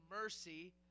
mercy